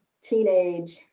teenage